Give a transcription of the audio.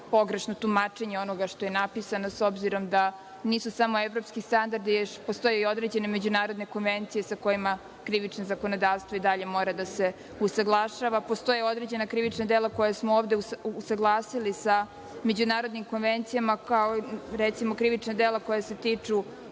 pogrešno tumačenje onoga što je napisano, s obzirom da nisu samo evropski standardi, postoje i određene međunarodne konvencije sa kojima krivično zakonodavstvo i dalje mora da se usaglašava. Postoje određena krivična dela koja smo ovde usaglasili sa međunarodnim konvencijama, kao recimo krivična dela koja se tiču